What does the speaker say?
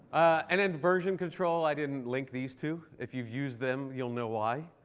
and then version control. i didn't link these two. if you've used them, you'll know why.